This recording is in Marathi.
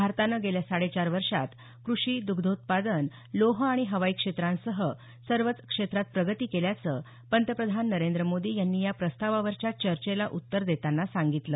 भारतानं गेल्या साडेचार वर्षात कृषी द्ग्धोत्पादन लोह आणि हवाई क्षेत्रांसह सर्वच क्षेत्रात प्रगती केल्याचं पंतप्रधान नरेंद्र मोदी यांनी या प्रस्तावावरच्या चर्चेला उत्तर देतांना सांगितलं